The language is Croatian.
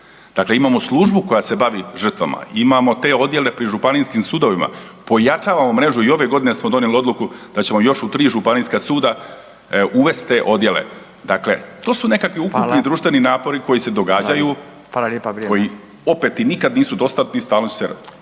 dakle imamo službu koja se bavi žrtvama, imamo te odjele pri županijskim sudovima, pojačavamo mrežu i ove godine smo donijeli odluku da ćemo još u tri županijska suda uvest te odjele. Dakle, to su ukupni društveni napori …/Upadica Radin: hvala./… koji opet i nikad nisu dostatni … **Radin,